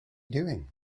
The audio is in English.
doing